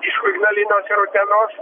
už ignalinos ir utenos